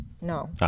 No